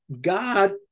God